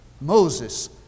Moses